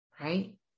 right